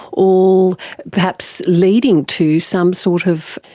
all perhaps leading to some sort of,